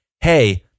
hey